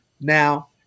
now